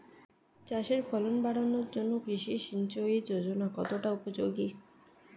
চাষের ফলন বাড়ানোর জন্য কৃষি সিঞ্চয়ী যোজনা কতটা উপযোগী?